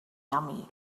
yummy